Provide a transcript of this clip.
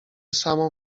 samo